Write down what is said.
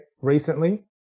recently